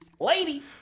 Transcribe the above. lady